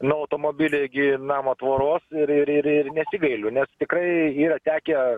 nuo automobilio igi namo tvoros ir ir ir nesigailiu nes tikrai yra tekę